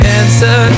answer